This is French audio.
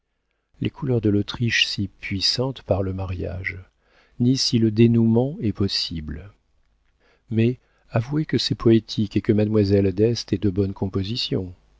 les couleurs de l'autriche si puissante par le mariage ni si le dénoûment est possible mais avouez que c'est poétique et que mademoiselle d'este est de bonne composition